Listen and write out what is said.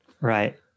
Right